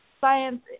science